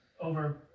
over